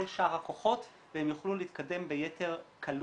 שאר הכוחות והם יוכלו להתקדם ביתר קלות.